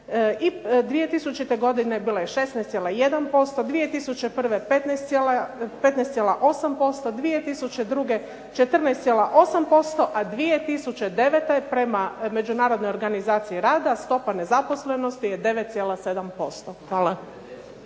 2000. godine bila je 16,1%, 2001. 15,8%, 2002. 14,8%, a 2009. je prema Međunarodnoj organizaciji rada stopa nezaposlenosti je 9,7%. Hvala.